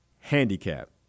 handicap